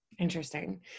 Interesting